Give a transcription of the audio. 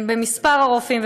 מספר הרופאים,